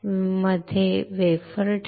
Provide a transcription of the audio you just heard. मध्ये वेफर ठेवतो